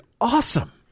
awesome